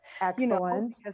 Excellent